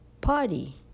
party